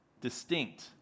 distinct